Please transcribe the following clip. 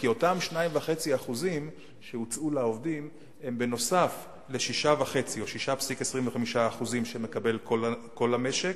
אותם 2.5% שהוצעו לעובדים הם בנוסף ל-6.5% או 6.25% שמקבל כל המשק,